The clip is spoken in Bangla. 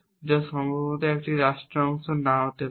যা সম্ভবত একটি রাষ্ট্রের অংশ নাও হতে পারে